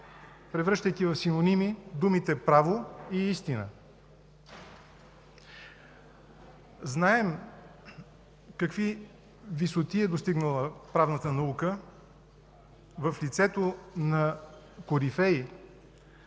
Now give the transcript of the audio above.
превръщайки в синоними думите „право” и „истина”. Знаем какви висоти е достигнала правната наука в лицето на корифеи